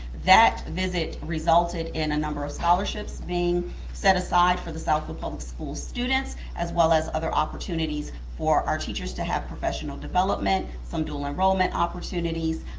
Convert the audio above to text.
that visit resulted in a number of scholarships being set aside for the southfield public school students, as well as other opportunities for our teachers to have professional development, from dual enrollment opportunities,